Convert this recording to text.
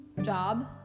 job